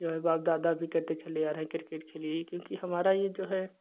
जो है बाप दादा भी कहते चले आ रहे क्रिकेट खेलिए क्योंकि हमारा ये जो है